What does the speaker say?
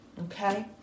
Okay